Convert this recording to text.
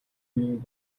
үеийн